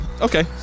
Okay